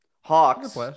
Hawks